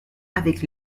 avec